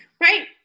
right